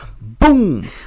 Boom